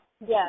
yes